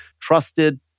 trusted